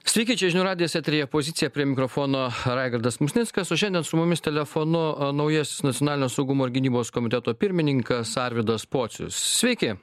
sveiki čia žinių radijas eteryje pozicija prie mikrofono raigardas musnickas o šiandien su mumis telefonu naujasis nacionalinio saugumo ir gynybos komiteto pirmininkas arvydas pocius sveiki